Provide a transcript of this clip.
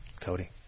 Cody